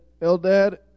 Eldad